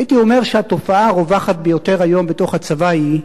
הייתי אומר שהתופעה הרווחת ביותר היום בתוך הצבא היא,